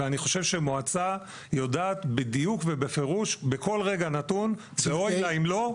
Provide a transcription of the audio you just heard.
ואני חושב שמועצה יודעת בדיוק ובפירוש בכל רגע נתון ואוי לה אם לא,